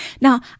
Now